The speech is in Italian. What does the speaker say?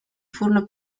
furono